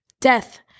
Death